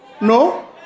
No